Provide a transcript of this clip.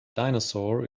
dinosaur